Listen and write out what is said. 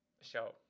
show